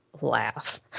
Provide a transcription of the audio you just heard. laugh